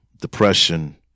depression